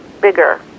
bigger